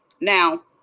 now